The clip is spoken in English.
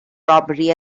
robbery